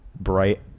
bright